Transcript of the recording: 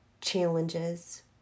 challenges